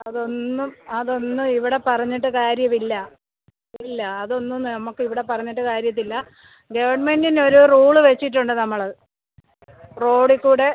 അതൊന്നും അതൊന്നും ഇവിടെ പറഞ്ഞിട്ട് കാര്യമില്ല ഇല്ല അത് ഒന്നും നമുക്ക് ഇവിടെ പറഞ്ഞിട്ട് കാര്യത്തില്ല ഗവൺമെൻറ്റിനൊരു റൂള് വെച്ചിട്ടുണ്ട് നമ്മൾ റോഡിൽകൂടെ